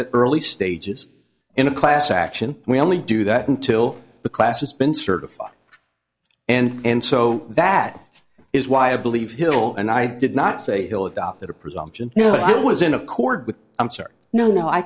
that early stages in a class action we only do that until the class has been certified and so that is why i believe hill and i did not say hill adopted a presumption that i was in accord with i'm sorry no no i